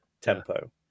tempo